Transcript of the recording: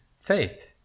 faith